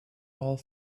all